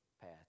path